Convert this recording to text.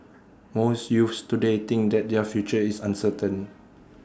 most youths today think that their future is uncertain